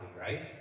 right